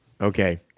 Okay